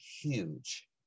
huge